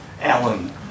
Alan